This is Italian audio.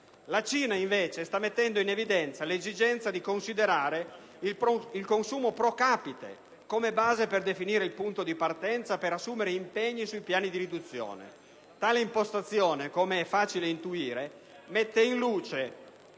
La Cina, invece, sta mettendo in evidenza l'esigenza di considerare il consumo *pro capite* come base per definire il punto di partenza per assumere impegni sui piani di riduzione. Tale impostazione, com'è facile intuire, mette in luce